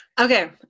Okay